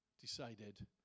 decided